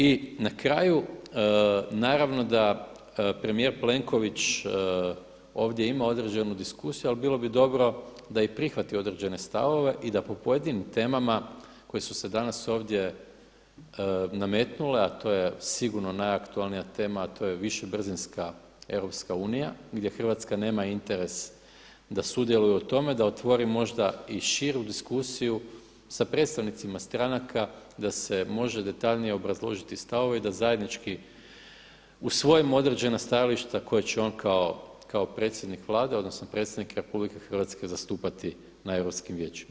I na kraju, naravno da premijer Plenković ovdje ima određenu diskusiju ali bilo bi dobro da i prihvati određene stavove i da po pojedinim temama koje su se danas ovdje nametnule a to je sigurno najaktualnija tema a to je višebrzinska EU gdje Hrvatska nema interes da sudjeluje u tome, da otvori možda i širu diskusiju sa predstavnicima stranaka i da se može detaljnije obrazložiti stavove i da zajednički usvojimo određena stajališta koje će on kao predsjednik Vlade, odnosno predsjednik RH zastupati na europskim vijećima.